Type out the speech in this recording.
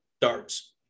darts